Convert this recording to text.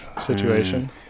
situation